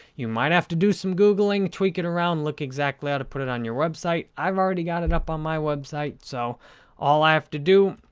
you might have to do some googling. tweak it around, look exactly how to put it on your website. i've already got it up on my website so all i have to do,